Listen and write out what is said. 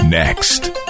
Next